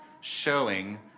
showing